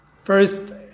first